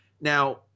Now